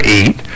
eat